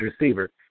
receiver